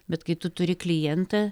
bet kai tu turi klientą